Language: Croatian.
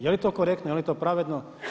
Je li to korektno, je li to pravedno?